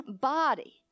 body